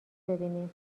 ببینیم